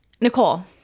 Nicole